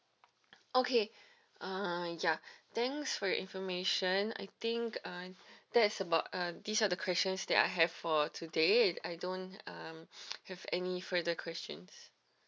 okay uh ya thanks for your information I think uh that's about uh these are the questions that I have for today it I don't um have any further questions